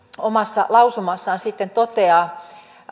omassa lausumassaan sitten toteaa